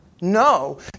No